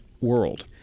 world